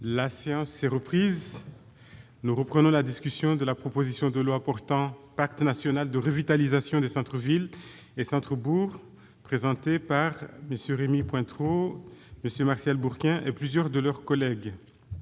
politique du scrutin. Nous reprenons la discussion de la proposition de loi portant Pacte national de revitalisation des centres-villes et centres-bourgs, présentée par MM. Rémy Pointereau, Martial Bourquin et plusieurs de leurs collègues.